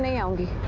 yoga?